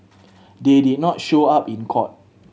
they did not show up in court